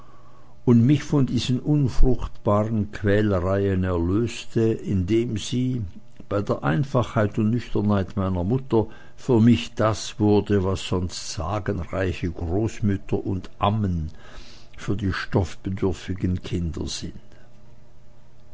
und mich von diesen unfruchtbaren quälereien erlöste indem sie bei der einfachheit und nüchternheit meiner mutter für mich das wurde was sonst sagenreiche großmütter und ammen für die stoffbedürftigen kinder sind